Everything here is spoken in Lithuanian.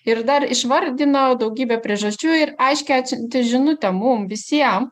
ir dar išvardinau daugybę priežasčių ir aiškią atsiunti žinutę mum visiem